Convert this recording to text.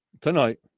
tonight